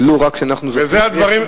ולא רק כשאנחנו זוכרים איזה שמחה,